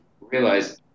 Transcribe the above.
realize